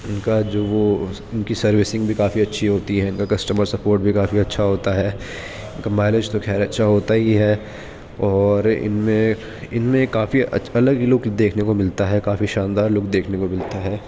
ان کا جو وہ ان کی سروسنگ بھی کافی اچھی ہوتی ہے ان کا کسٹمر سپوٹ بھی کافی اچھا ہوتا ہے ان کا مائلیج تو خیر اچھا ہوتا ہی ہے اور ان میں ان میں کافی الگ ہی لک دیکھنے کو ملتا ہے کافی شاندار لک دیکھنے کو ملتا ہے